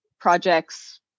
projects